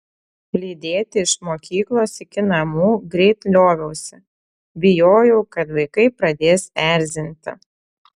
lydėti iš mokyklos iki namų greit lioviausi bijojau kad vaikai pradės erzinti